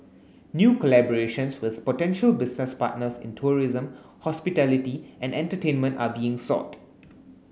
new collaborations with potential business partners in tourism hospitality and entertainment are being sought